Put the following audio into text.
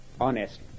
honest